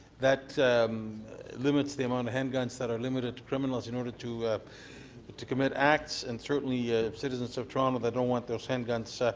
that limits the amount of handguns that are limited to criminals in order to but to commit acts and certainly citizens of toronto that don't want those handguns